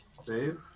save